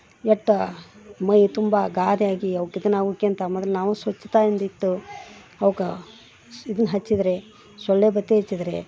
ಎಟ್ಟ ಮೈತುಂಬಾ ಗಾದೆ ಆಗಿ ಅವು ಕಿತನ ಅವಕ್ಕಿಂತ ಮೊದಲು ನಾವು ಸ್ವಚ್ಛತಾಯಿಂದ ಇಟ್ಟು ಅವಕ್ಕೆ ಇದನ್ನು ಹಚ್ಚಿದರೆ ಸೊಳ್ಳೆಬತ್ತಿ ಹಚ್ಚಿದ್ರೆ